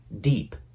deep